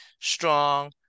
strong